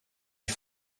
die